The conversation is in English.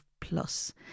Plus